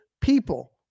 people